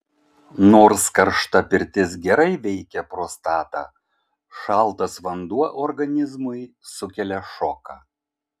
nors karšta pirtis gerai veikia prostatą šaltas vanduo organizmui sukelia šoką